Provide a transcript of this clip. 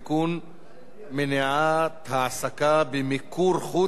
מניעת העסקה במיקור חוץ בשירות הציבורי),